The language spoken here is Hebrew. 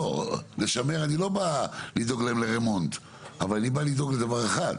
לשמר הכוונה שאני לא בא לדאוג להם לרמונט אלא לדאוג לדבר אחד.